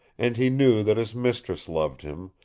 and he knew that his mistress loved him,